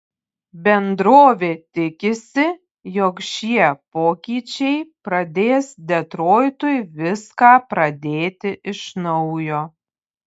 bendrovė tikisi jog šie pokyčiai pradės detroitui viską pradėti iš naujo